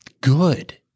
good